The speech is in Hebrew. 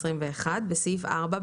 בסעיף 4,